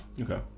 Okay